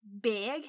big